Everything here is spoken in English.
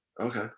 Okay